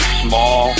small